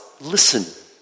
listen